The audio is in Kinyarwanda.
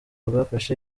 rwafashe